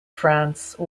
france